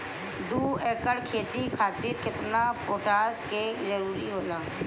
दु एकड़ खेती खातिर केतना पोटाश के जरूरी होला?